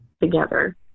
together